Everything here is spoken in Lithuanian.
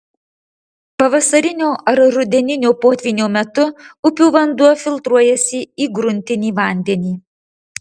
pavasarinio ar rudeninio potvynio metu upių vanduo filtruojasi į gruntinį vandenį